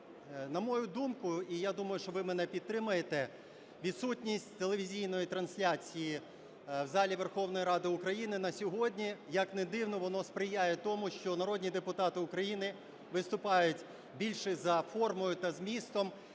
На мою думку, і я думаю, що ви мене підтримаєте, відсутність телевізійної трансляції в залі Верховної Ради України на сьогодні, як не дивно, воно сприяє тому, що народні депутати України виступають більше за формою та змістом,